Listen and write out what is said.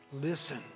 listen